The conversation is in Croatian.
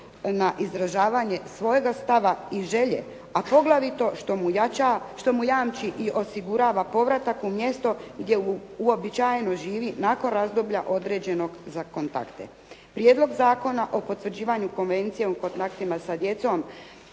na izražavanje svojega stava i želje, a poglavito što mu jamči i osigurava povratak u mjesto gdje uobičajeno živi nakon razdoblja određenog za kontakte. Prijedlog zakona o potvrđivanju Konvencije o kontaktima sa djecom